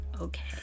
Okay